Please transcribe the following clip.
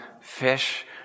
fish